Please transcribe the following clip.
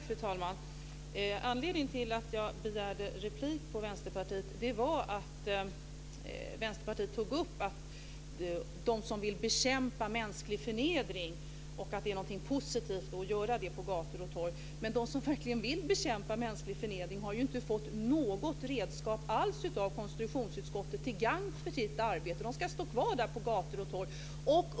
Fru talman! Anledningen till att jag begärde replik på Vänsterpartiet var att man i Vänsterpartiet tog upp de som vill bekämpa mänsklig förnedring och att det är någonting positivt att göra det på gator och torg. Men de som verkligen vill bekämpa mänsklig förnedring har ju inte fått något redskap alls av konstitutionsutskottet till gagn för sitt arbete. De ska stå kvar på gator och torg.